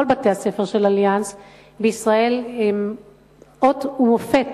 בתי-הספר של "אליאנס" בישראל הם אות ומופת